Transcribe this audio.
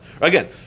Again